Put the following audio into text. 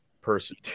person